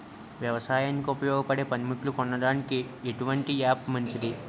వ్యవసాయానికి ఉపయోగపడే పనిముట్లు కొనడానికి ఎటువంటి యాప్ మంచిది?